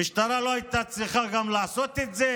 המשטרה לא הייתה צריכה לעשות את זה.